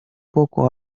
poco